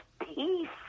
peace